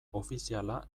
ofiziala